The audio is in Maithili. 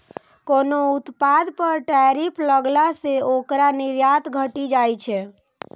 कोनो उत्पाद पर टैरिफ लगला सं ओकर निर्यात घटि जाइ छै